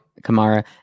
Kamara